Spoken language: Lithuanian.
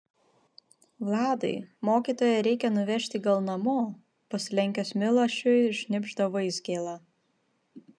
vladai mokytoją reikia nuvežti gal namo pasilenkęs milašiui šnibžda vaizgėla